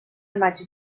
maig